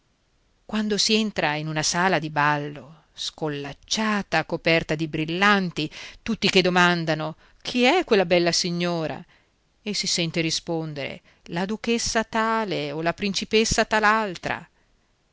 quando si entra in una sala di ballo scollacciata coperta di brillanti tutti che domandano chi è quella bella signora e si sente rispondere la duchessa tale o la principessa tal'altra